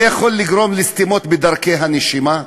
זה יכול לגרום לסתימות בדרכי הנשימה,